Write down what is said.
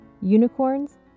Unicorns